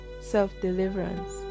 self-deliverance